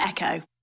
Echo